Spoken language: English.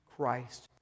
Christ